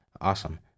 awesome